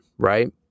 right